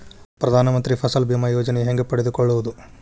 ಪ್ರಧಾನ ಮಂತ್ರಿ ಫಸಲ್ ಭೇಮಾ ಯೋಜನೆ ಹೆಂಗೆ ಪಡೆದುಕೊಳ್ಳುವುದು?